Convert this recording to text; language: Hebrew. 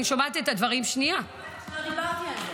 אני שמעתי את הדברים --- אבל אני אומרת שלא דיברתי על זה.